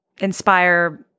inspire